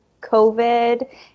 COVID